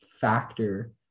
factor